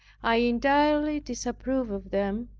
i entirely disapproved of them,